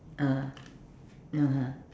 (uh huh) (uh huh)